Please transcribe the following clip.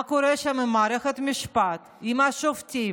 מה קורה שם עם מערכת המשפט, עם השופטים.